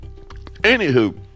Anywho